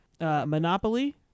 Monopoly